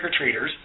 trick-or-treaters